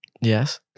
yes